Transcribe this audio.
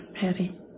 Patty